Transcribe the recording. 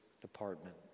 Department